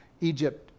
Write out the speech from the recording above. Egypt